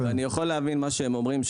אני יכול להבין מה שהם אומרים,